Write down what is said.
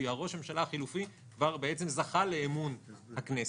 כי ראש הממשלה החלופי כבר בעצם זכה לאמון הכנסת,